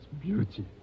beauty